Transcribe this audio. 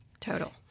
Total